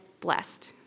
blessed